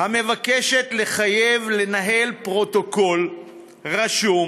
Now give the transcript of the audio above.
המבקשת לחייב לנהל פרוטוקול רשום,